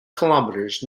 kilometers